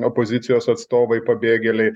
opozicijos atstovai pabėgėliai